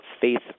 faith